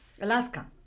Alaska